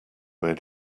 where